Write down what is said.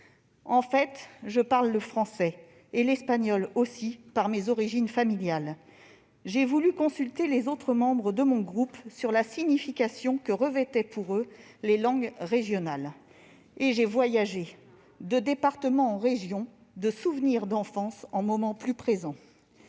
En fait, je parle le français, et l'espagnol par mes origines familiales. J'ai voulu consulter les autres membres de mon groupe sur la signification que revêtaient, pour eux, les langues régionales, et j'ai voyagé, de départements en régions, de souvenirs d'enfance en moments plus présents.